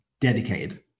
Dedicated